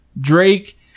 Drake